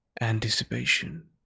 Anticipation